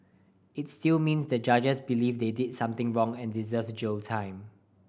it's still means the judges believe they did something wrong and deserve a jail time